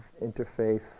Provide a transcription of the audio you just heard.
interfaith